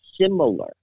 similar